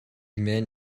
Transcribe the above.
man